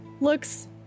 looks